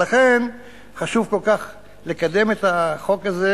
ולכן חשוב כל כך לקדם את החוק הזה.